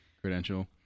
credential